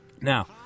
Now